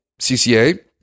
CCA